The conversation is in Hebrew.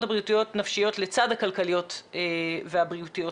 הבריאותיות-נפשיות לצד הכלכליות והבריאותיות,